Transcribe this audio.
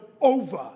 over